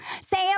Sam